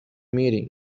meeting